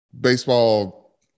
baseball